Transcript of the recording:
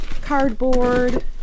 Cardboard